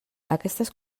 aquestes